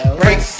break